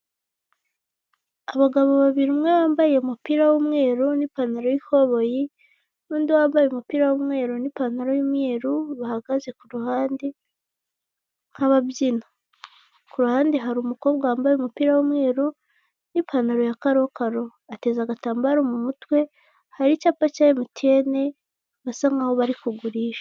Abagabo babiri, umwe bambaye umupira w'umweru n'ipantaro y'ikoboyi n'undi wambaye umupira w'umweru n'ipantaro y'umweru, bahagaze ku ruhande nk'ababyina. Ku ruhande hari umukobwa wambaye umupira w'umweru n'ipantaro ya karokaro. Ateze agatambaro mu mutwe, hari icyapa cya MTN, basa nkaho bari kugurisha.